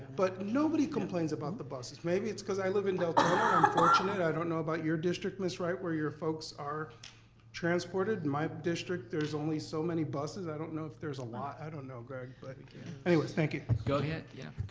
but nobody complains about the buses. maybe it's because i like in daytona, unfortunately. i don't know about your district, miss wright, where your folks are transported. in my district there's only so many buses. i don't know if there's a lot. i don't know, greg, but anyways thank you. go ahead, yeah.